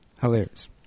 Hilarious